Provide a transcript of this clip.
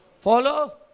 follow